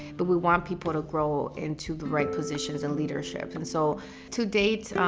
but we want people to grow into the right positions in leadership. and so to date,